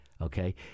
okay